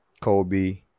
Kobe